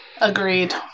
Agreed